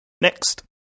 Next